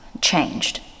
changed